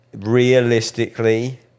realistically